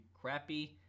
crappy